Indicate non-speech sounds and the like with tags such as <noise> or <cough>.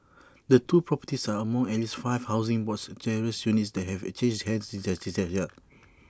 the two properties are among at least five Housing Board terraced units that have changed hands <unintelligible> this year